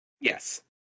Yes